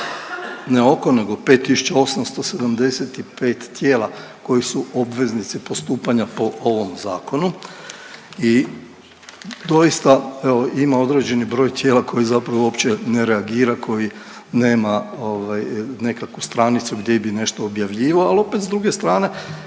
ne oko nego 5875 tijela koji su obveznici postupanja po ovom Zakonu i doista, evo, ima određeni broj tijela koji zapravo uopće ne reagira, koji nema ovaj, nekakvu stranicu gdje bi nešto objavljivalo, al' opet s druge strane,